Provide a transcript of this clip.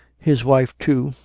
his wife too,